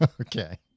Okay